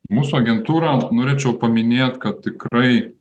mūsų agentūra norėčiau paminėt kad tikrai